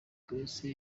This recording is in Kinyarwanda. grace